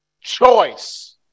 Choice